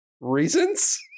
reasons